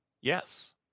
Yes